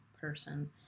person